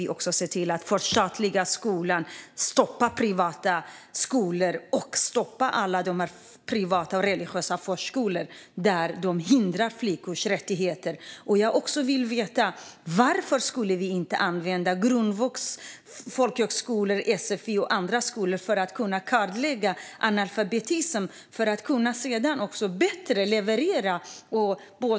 Vi måste se till att förstatliga skolan och stoppa privata skolor och alla de här privata och religiösa förskolorna där man hindrar flickors rättigheter. Jag vill veta varför vi inte skulle kunna använda grundvux, folkhögskolor, sfi och andra skolor för att kartlägga analfabetism och sedan bättre kunna leverera.